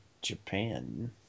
japan